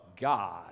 God